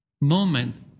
moment